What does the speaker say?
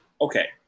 okay